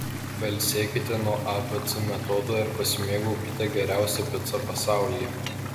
pailsėkite nuo abc metodo ir pasimėgaukite geriausia pica pasaulyje